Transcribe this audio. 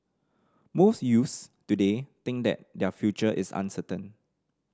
most youths today think that their future is uncertain